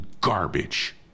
garbage